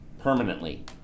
permanently